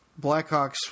Blackhawks